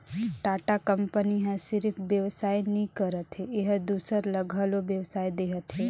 Tata company ह सिरिफ बेवसाय नी करत हे एहर दूसर ल घलो बेवसाय देहत हे